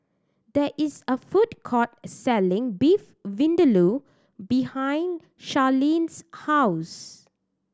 there is a food court selling Beef Vindaloo behind Charlene's house